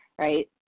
right